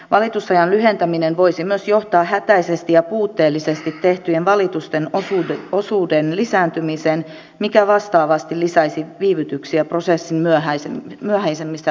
valitusajan lyhentäminen voisi myös johtaa hätäisesti ja puutteellisesti tehtyjen valitusten osuuden lisääntymiseen mikä vastaavasti lisäisi viivytyksiä prosessin myöhäisemmissä vaiheissa